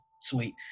sweet